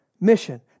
mission